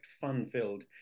fun-filled